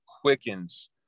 quickens